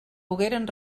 pogueren